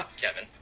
Kevin